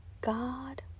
God